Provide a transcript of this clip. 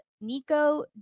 Nico